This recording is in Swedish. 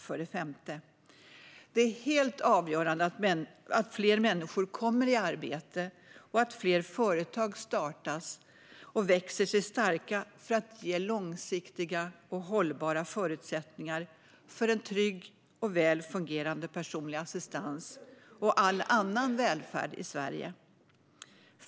För det femte: Det är helt avgörande att fler människor kommer i arbete och att fler företag startas och växer sig starka för att ge långsiktiga och hållbara förutsättningar för en trygg och väl fungerande personlig assistans och all annan välfärd i Sverige.